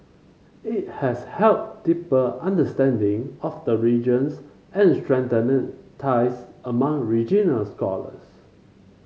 it has helped deeper understanding of the regions and strengthened ties among regional scholars